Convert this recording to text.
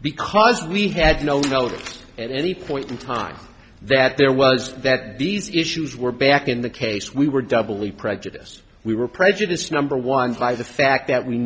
because we had no relative at any point in time that there was that these issues were back in the case we were double the prejudice we were prejudice number one by the fact that we